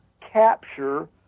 capture